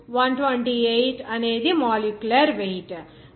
5 into 128 అనేది molecular wait